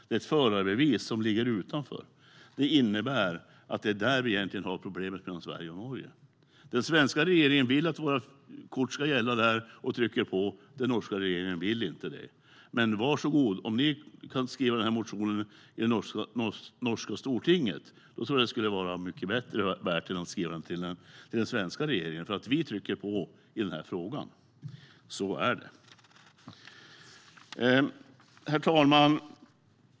Det är därför som vi egentligen har ett problem mellan Sverige och Norge. Men om ni andra kan skriva den här motionen i norska stortinget tror jag att det skulle vara mycket mer värt än att skriva motioner om det i Sverige för att få den svenska regeringen att ta till sig detta. Vi trycker nämligen på i denna fråga. Så är det. Herr talman!